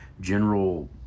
general